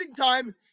time